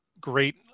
great